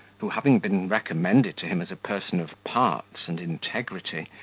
who having been recommended to him as a person of parts and integrity,